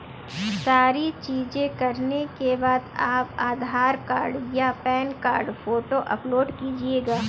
सारी चीजें करने के बाद आप आधार कार्ड या पैन कार्ड फोटो अपलोड कीजिएगा